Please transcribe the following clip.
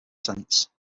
sense